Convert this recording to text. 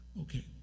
Okay